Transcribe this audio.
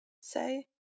say